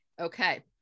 Okay